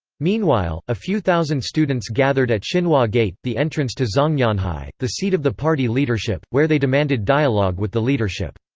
meanwhile, a few thousand students gathered at so xinhua gate, the entrance to zhongnanhai, the seat of the party leadership, where they demanded dialogue with the leadership.